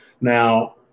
Now